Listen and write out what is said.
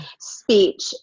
speech